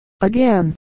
again